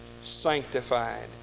sanctified